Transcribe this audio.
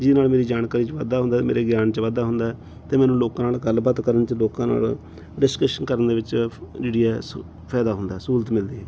ਜਿਹਦੇ ਨਾਲ ਮੇਰੀ ਜਾਣਕਾਰੀ 'ਚ ਵਾਧਾ ਹੁੰਦਾ ਮੇਰੇ ਗਿਆਨ 'ਚ ਵਾਧਾ ਹੁੰਦਾ ਅਤੇ ਮੈਨੂੰ ਲੋਕਾਂ ਨਾਲ ਗੱਲਬਾਤ ਕਰਨ 'ਚ ਲੋਕਾਂ ਨਾਲ ਡਿਸਕਸ਼ਨ ਕਰਨ ਦੇ ਵਿੱਚ ਜਿਹੜੀ ਹੈ ਸ ਫਾਇਦਾ ਹੁੰਦਾ ਸਹੂਲਤ ਮਿਲਦੀ ਹੈਗੀ